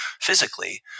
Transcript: physically